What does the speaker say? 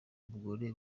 mugore